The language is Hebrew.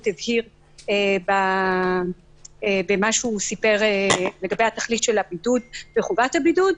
הבהיר במה שהוא סיפר לגבי התכלית של הבידוד וחובת הבידוד.